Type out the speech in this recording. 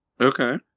Okay